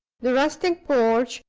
the rustic porch,